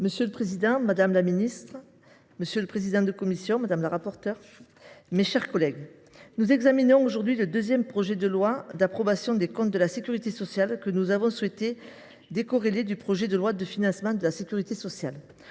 La parole est à Mme Guylène Pantel. Monsieur le président, madame la ministre, mes chers collègues, nous examinons aujourd’hui le deuxième projet de loi d’approbation des comptes de la sécurité sociale, que nous avons souhaité décorréler du projet de loi de financement de la sécurité sociale.